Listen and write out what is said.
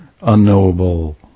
unknowable